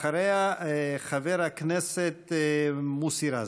אחריה, חבר הכנסת מוסי רז.